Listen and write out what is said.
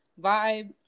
vibe